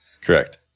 Correct